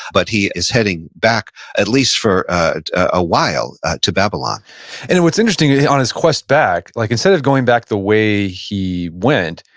but he is heading back at least, for a while to babylon and what's interesting on his quest back, like instead of going back the way he went,